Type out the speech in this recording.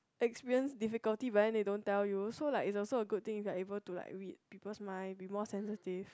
experience difficulty but then they don't tell you so like it is also a good thing you are able to like read people's mind and be more sensitive